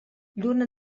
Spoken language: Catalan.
lluna